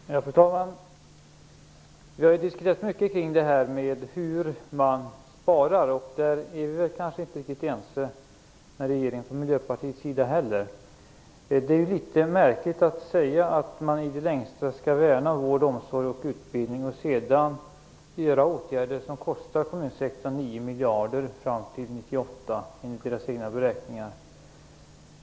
Fru talman! Vi har diskuterat mycket om hur man sparar, och där är vi kanske inte heller från Miljöpartiets sida riktigt ense med regeringen. Det är litet märkligt att säga att man i det längsta skall värna vård och omsorg och utbildning, och sedan vidta åtgärder som kostar kommunsektorn 9 miljarder fram till 1998, enligt egna beräkningar.